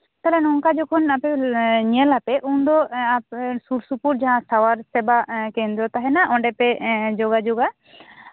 ᱛᱟᱞᱚᱦᱮ ᱱᱚᱝᱠᱟ ᱡᱚᱠᱷᱚᱱ ᱟᱯᱮ ᱧᱮᱞᱟᱯᱮ ᱛᱟᱞᱚᱦᱮ ᱩᱱ ᱫᱚ ᱮᱸᱜ ᱥᱩᱨᱼᱥᱩᱯᱩᱨ ᱡᱟᱦᱟᱸ ᱥᱟᱶᱨᱟ ᱥᱮᱵᱟ ᱠᱮᱱᱫᱨᱚ ᱛᱟᱦᱮᱱᱟ ᱚᱸᱰᱮ ᱯᱮ ᱮᱸᱜ ᱡᱳᱜᱟᱡᱳᱜᱟ